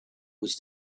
was